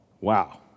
Wow